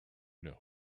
known